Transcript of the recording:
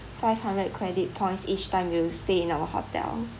five hundred credit points each time you'll stay in our hotel